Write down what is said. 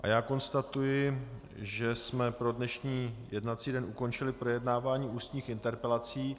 A já konstatuji, že jsme pro dnešní jednací den ukončili projednávání ústních interpelací.